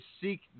seek